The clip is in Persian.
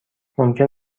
ممکن